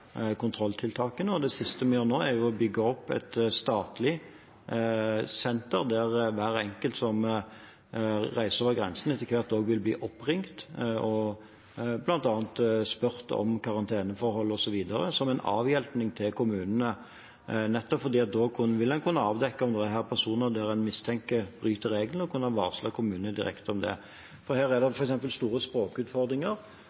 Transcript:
Det siste vi gjør nå, er å bygge opp et statlig senter. Hver enkelt som reiser over grensen, vil etter hvert bli oppringt og bl.a. spurt om karanteneforhold osv., som en hjelp til kommunene. Da vil man kunne avdekke om det er personer man mistenker bryter reglene, og man kan varsle kommunene direkte om det. Her er det